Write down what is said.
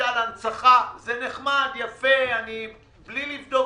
למשל ההנצחה זה נחמד ויפה אבל בלי לבדוק